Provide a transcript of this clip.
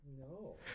No